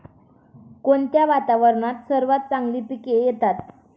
कोणत्या वातावरणात सर्वात चांगली पिके येतात?